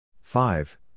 five